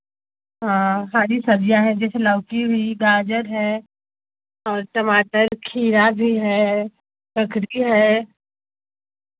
सारी सब्ज़ियाँ हैं जैसे लौकी हुई गाजर है और टमाटर खीरा भी है ककड़ी है